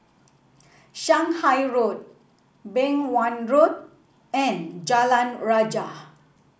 Shanghai Road Beng Wan Road and Jalan Rajah